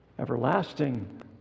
everlasting